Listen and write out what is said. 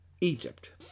Egypt